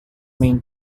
main